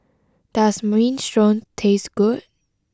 does Minestrone taste good